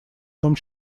том